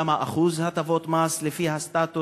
כמה אחוזי הטבת מס לפי הסטטוס,